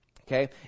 Okay